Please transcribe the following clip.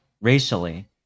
racially